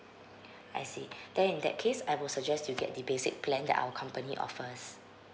I see then in that case I will suggest you get the basic plan that our company offers